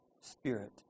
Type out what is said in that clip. spirit